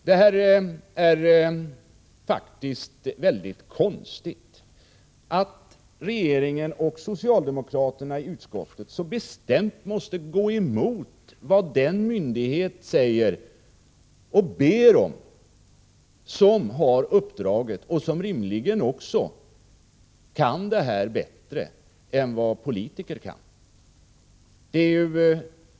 Det är faktiskt mycket konstigt att regeringen och socialdemokraterna i utskottet så bestämt måste gå emot vad den myndighet säger och ber om som har uppdraget och som rimligen också kan det här bättre än politiker.